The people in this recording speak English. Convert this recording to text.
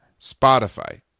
Spotify